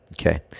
Okay